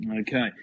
Okay